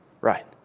Right